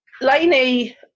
Lainey